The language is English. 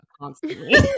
constantly